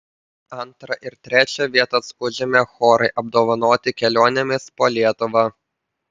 antrą ir trečią vietas užėmę chorai apdovanoti kelionėmis po lietuvą